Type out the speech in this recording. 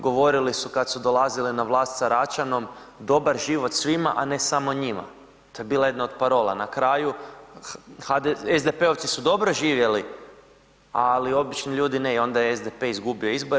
Govorili su kad su dolazili na vlast sa Račanom dobar život svima, a ne samo njima, to je bila jedna od parola, na kraju SDP-ovci su dobro živjeli, ali obični ljudi ne i onda je SDP izgubio izbore.